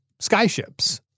skyships